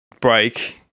break